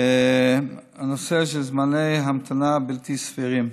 הנושא של זמני המתנה בלתי סבירים.